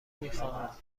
میخواهتم